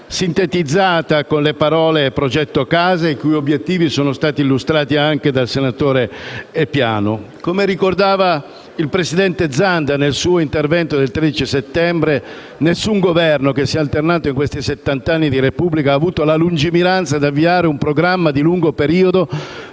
sintetizzata con le parole progetto Casa Italia i cui obiettivi sono stati illustrati anche dal senatore Piano. Come ricordava il presidente Zanda nel suo intervento del 13 settembre, nessun Governo che si è alternato in questi settant'anni di Repubblica ha avuto la lungimiranza di avviare un programma di lungo periodo